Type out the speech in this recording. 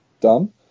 done